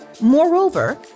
Moreover